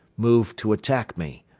moved to attack me.